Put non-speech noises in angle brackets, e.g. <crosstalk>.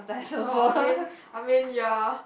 oh <laughs> I mean I mean ya